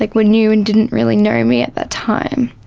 like were new and didn't really know me at that time,